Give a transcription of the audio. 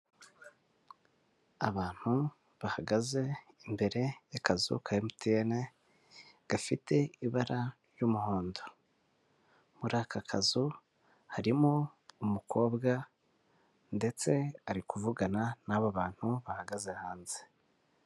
Abantu bahagaze imbere y'akazu ka MTN gafite ibara ry'umuhondo, muri aka kazu harimo umukobwa ndetse ari kuvugana n'abo bantu bahagaze hanze.